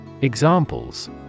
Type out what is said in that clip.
Examples